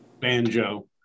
banjo